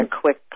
quick